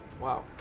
wow